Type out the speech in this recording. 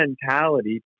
mentality